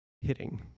hitting